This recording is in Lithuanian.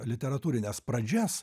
literatūrines pradžias